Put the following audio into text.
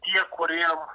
tie kuriem